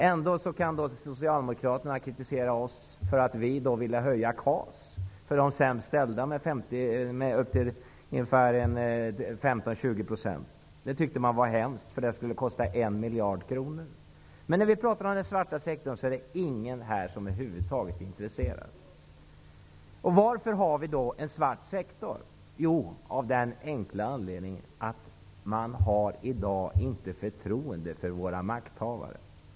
Ändå kritiserar socialdemokraterna oss för att vi ville höja KAS för de sämst ställda med 15-20 %. Det tyckte man var förskräckligt, för det skulle kosta en miljard kronor. Men när vi talar om den svarta sektorn är ingen över huvud taget intresserad. Varför har vi då en svart sektor? Av den enkla anledningen att man i dag inte har förtroende för sina makthavare.